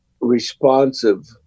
responsive